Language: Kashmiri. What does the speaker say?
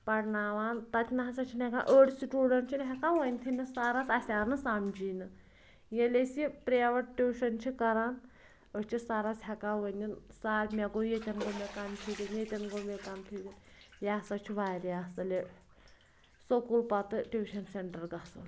پرناوان تَتہِ نہ ہَسا چھِ نہٕ ہیکان أڈۍ سٹوٗڈَنٛٹ چھِ نہٕ ہیکان ؤۄنۍ تھے نہٕ سَرَس اَسہِ آو نہٕ سَمج نہٕ ییٚلہِ أسۍ یہِ پرییویٹ ٹیوٗشَن چھِ کَران أسۍ چھِ سَرَس ہیکان ؤنِتھ سر مےٚ گوٚو ییٚتٮن گوٚو مےٚ کَنفیوٗجَن ییٚتٮ۪ن گوٚو مےٚ کَنفیوٗجَن یہِ ہَسا چھُ واریاہ اَصٕل یہِ سکوٗل پَتہٕ ٹیوٗشَن سینٹَر گژھُن